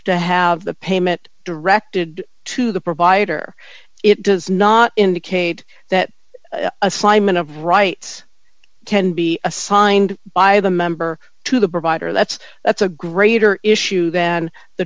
to have the payment directed to the provider it does not indicate that assignment of rights can be assigned by the member to the provider that's that's a greater issue than the